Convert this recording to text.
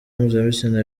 mpuzabitsina